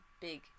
big